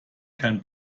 kein